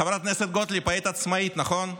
חברת הכנסת גוטליב, היית עצמאית, נכון?